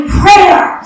prayer